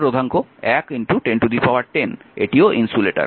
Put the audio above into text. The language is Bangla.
এটিও ইনসুলেটর